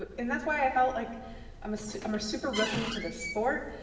but and that's why i felt like i'm so i'm a super rookie to the sport.